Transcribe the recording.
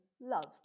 loved